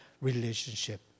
relationship